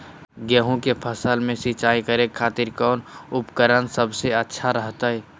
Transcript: गेहूं के फसल में सिंचाई करे खातिर कौन उपकरण सबसे अच्छा रहतय?